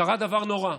קרה דבר נורא.